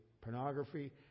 pornography